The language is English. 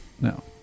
No